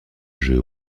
jeu